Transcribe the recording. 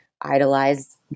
idolize